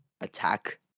Attack